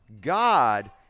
God